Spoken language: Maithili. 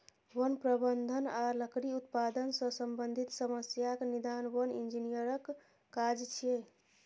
वन प्रबंधन आ लकड़ी उत्पादन सं संबंधित समस्याक निदान वन इंजीनियरक काज छियै